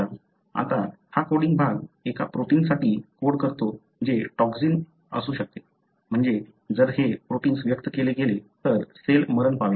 आता हा कोडिंग भाग एका प्रोटिन्ससाठी कोड करतो जे टॉक्सिन असू शकते म्हणजे जर हे प्रोटिन्स व्यक्त केले गेले तर सेल मरण पावेल